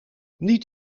niet